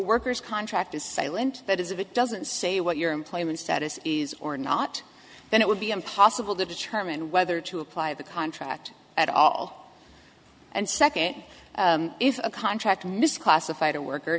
worker's contract is silent that is if it doesn't say what your employment status is or not then it would be impossible to determine whether to apply the contract at all and second if a contract misclassified a worker